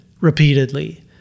repeatedly